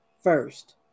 first